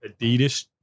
Adidas